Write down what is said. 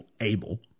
able